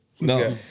No